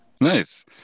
Nice